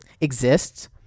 exists